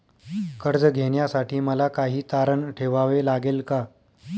कर्ज घेण्यासाठी मला काही तारण ठेवावे लागेल का?